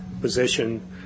position